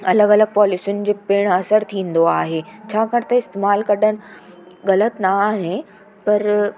अलॻि अलॻि पॉलिसीयुनि जो पिणु असरु थींदो आहे छाकाणि त इस्तेमालु कढनि ग़लति न आहे पर